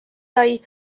sai